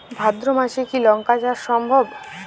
ভাদ্র মাসে কি লঙ্কা চাষ সম্ভব?